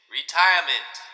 retirement